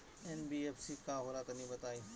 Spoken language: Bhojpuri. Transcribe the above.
एन.बी.एफ.सी का होला तनि बताई?